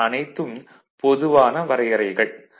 இவை அனைத்தும் பொதுவான வரையறைகள்